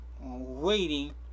waiting